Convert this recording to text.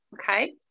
Okay